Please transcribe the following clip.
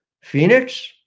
Phoenix